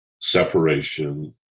separation